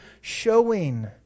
showing